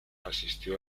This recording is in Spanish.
asistió